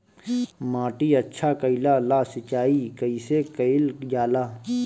माटी अच्छा कइला ला सिंचाई कइसे कइल जाला?